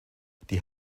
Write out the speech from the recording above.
die